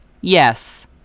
Yes